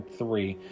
three